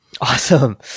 Awesome